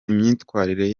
imyitwarire